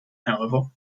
however